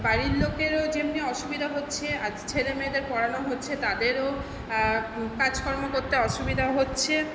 বাড়ির লোকেরও যেমনি অসুবিধা হচ্ছে আর ছেলেমেয়েদের পড়ানো হচ্ছে তাদেরও কাজকর্ম করতে অসুবিধা হচ্ছে